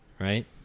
right